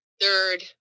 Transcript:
third